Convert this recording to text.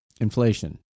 inflation